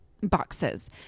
boxes